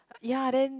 ya then